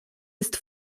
ist